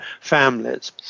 families